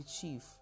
chief